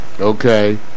Okay